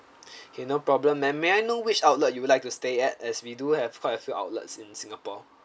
okay no problem ma'am may I know which outlet you would like to stay at as we do have quite a few outlets in singapore